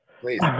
Please